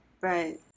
right